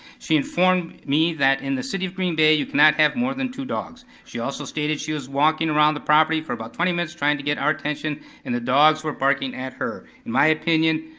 she informed me that in the city of green bay, you cannot have more than two dogs. she also stated she was walking around the property for about twenty minutes trying to get our attention and the dogs were barking at her. in my opinion,